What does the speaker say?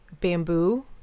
bamboo